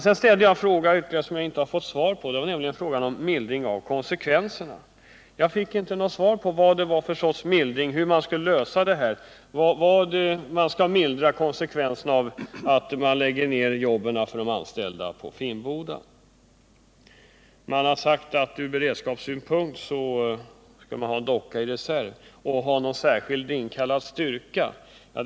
Jag ställde ytterligare en fråga; som jag inte fått svar på, nämligen frågan om mildring av konsekvenserna. Jag fick inte veta hur man skulle lösa dilemmat med att mildra konsekvenserna för de anställda då man lägger ner Finnboda varv. Man har sagt att man ur beredskapssynpunkt skulle ha en docka kvar i reserv och en särskild styrka att kalla in.